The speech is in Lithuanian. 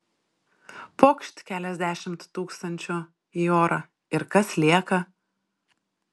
pokšt keliasdešimt tūkstančių į orą ir kas lieka